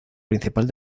principal